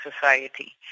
society